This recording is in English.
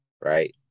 right